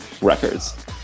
records